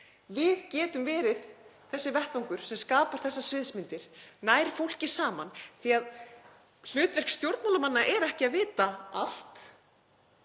við getum verið þessi vettvangur sem skapar þessar sviðsmyndir og nær fólki saman. Hlutverk stjórnmálamanna er ekki að vita allt